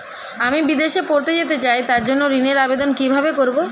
আমি বিদেশে পড়তে যেতে চাই তার জন্য ঋণের আবেদন কিভাবে করব?